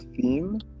theme